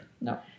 No